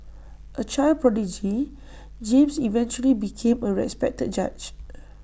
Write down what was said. A child prodigy James eventually became A respected judge